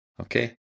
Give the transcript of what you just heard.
okay